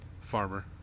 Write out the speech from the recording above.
Farmer